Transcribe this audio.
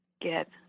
get